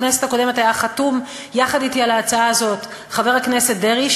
בכנסת הקודמת היה חתום יחד אתי על ההצעה הזאת חבר הכנסת דרעי,